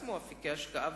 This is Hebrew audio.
לעצמו אפיקי חיסכון.